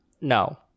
No